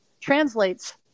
translates